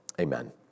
amen